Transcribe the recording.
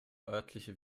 örtliche